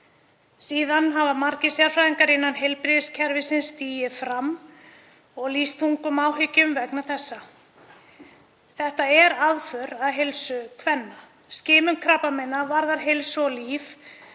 Síðan hafa margir sérfræðingar innan heilbrigðiskerfisins stigið fram og lýst þungum áhyggjum vegna þessa. Þetta er aðför að heilsu kvenna. Skimun krabbameina varðar heilsu og líf